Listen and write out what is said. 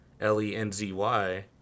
L-E-N-Z-Y